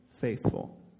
faithful